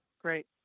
Great